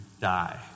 die